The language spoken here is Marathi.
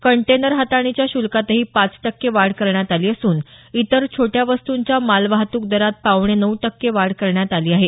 कंटेनर हाताळणीच्या शुल्कातही पाच टक्के वाढ करण्यात आली असून इतर छोट्या वस्तूंच्या मालवाहतूक दरात पावणेनऊ टक्के वाढ करण्यात आली आहे